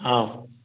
অঁ